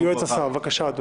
הבקשה התקבלה.